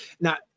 Now